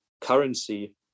currency